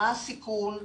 מה הסיכון,